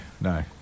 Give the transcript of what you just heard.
no